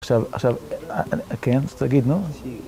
עכשיו, כן, רצית להגיד, נו?